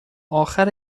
اخر